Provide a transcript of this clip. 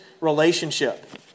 relationship